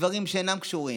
בדברים שאינם קשורים,